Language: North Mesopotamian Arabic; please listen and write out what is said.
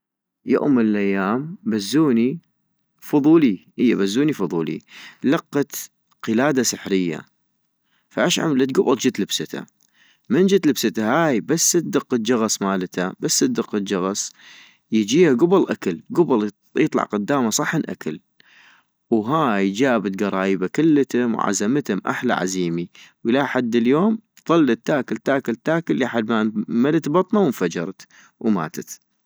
يوم من الايام بزوني فضولي ، هي بزوني فضولي لقت قلادة سحرية فاش عملت كبل جت لبستا ، من جت لبستا هاي بس ادق الجغص مالتا بس ادق الجغص يجيها كبل آكل يطلع قداما صحن اكل ، وهاي جابت كرايبا كلتم وعزمتم احلى عزيمي، وإلى حد اليوم ضلت تاكل تأكل إلى حد ما انملت بطنا وانفجرت